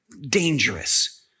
dangerous